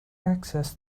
access